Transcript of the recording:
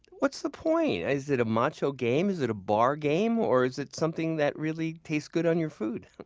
what's the point? is it a macho game? is it a bar game? or, is it something that really tastes good on your food?